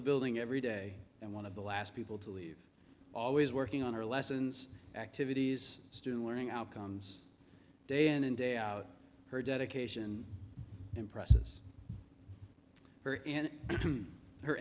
the building every day and one of the last people to leave always working on her lessons activities student learning outcomes day in and day out her dedication and process her in her